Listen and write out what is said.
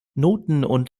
und